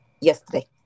yesterday